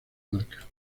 marca